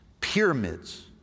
pyramids